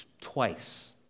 twice